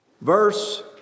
verse